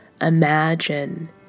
imagine